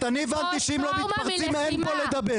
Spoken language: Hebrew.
אין ביניכם הבדל,